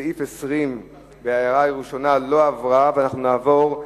של קבוצת סיעת מרצ וקבוצת סיעת חד"ש לסעיף 20 לא נתקבלה.